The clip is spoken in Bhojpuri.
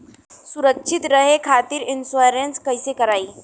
सुरक्षित रहे खातीर इन्शुरन्स कईसे करायी?